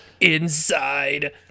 inside